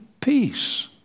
peace